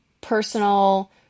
personal